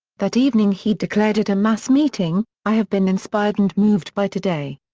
that evening he declared at a mass meeting, i have been inspired and moved by today.